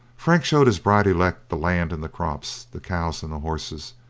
frank showed his bride-elect the land and the crops, the cows and the horses,